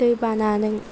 दैबाना